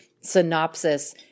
synopsis